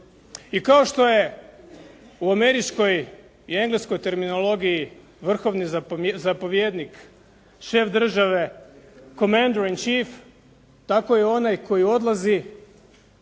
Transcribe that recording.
I kao što je u američkoj i engleskoj terminologiji vrhovni zapovjednik, šef države comentary chief, tako je onaj koji odlazi